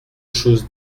chose